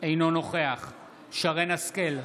אינו נוכח שרן מרים השכל,